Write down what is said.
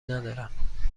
ندارم